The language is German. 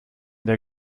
der